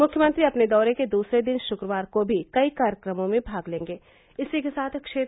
मुख्यमंत्री अपने दौरे के दूसरे दिन शुक्रवार को भी कई कार्यक्रमों में भाग लेंगे